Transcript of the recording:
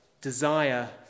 desire